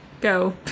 Go